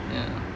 ya